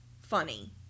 funny